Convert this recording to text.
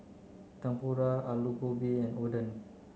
Tempura Alu Gobi and Oden